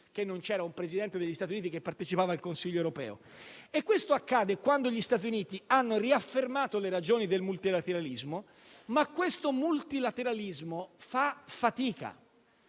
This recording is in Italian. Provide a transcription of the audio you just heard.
di Bush che un Presidente degli Stati Uniti non partecipava al Consiglio europeo e questo accade quando gli Stati Uniti hanno riaffermato le ragioni del multilateralismo. Questo multilateralismo, però, fa fatica.